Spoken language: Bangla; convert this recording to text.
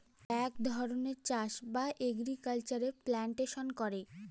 এক ধরনের চাষ বা এগ্রিকালচারে প্লান্টেশন করে